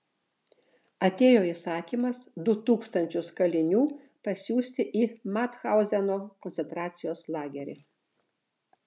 atėjo įsakymas du tūkstančius kalinių pasiųsti į mathauzeno koncentracijos lagerį